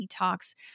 detox